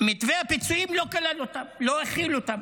מתווה הפיצויים לא כלל אותם ולא הכיל אותם.